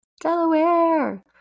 delaware